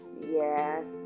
Yes